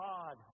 God